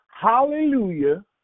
Hallelujah